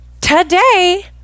today